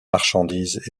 marchandises